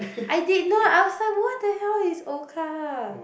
I did not I was like what the hell is orca